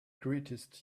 greatest